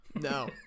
No